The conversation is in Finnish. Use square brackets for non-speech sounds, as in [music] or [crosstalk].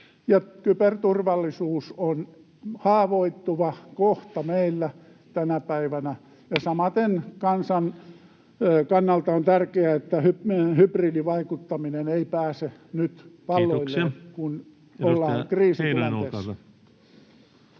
kyberturvallisuus on haavoittuva kohta meillä tänä päivänä. [noise] Samaten kansan kannalta on tärkeää, että hybridivaikuttaminen ei pääse nyt valloilleen, [Puhemies: Kiitoksia!]